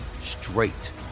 straight